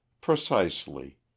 precisely